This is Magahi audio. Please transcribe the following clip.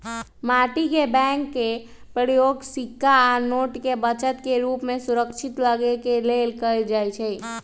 माटी के बैंक के प्रयोग सिक्का आ नोट के बचत के रूप में सुरक्षित रखे लेल कएल जाइ छइ